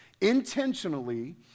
intentionally